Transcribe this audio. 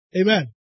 Amen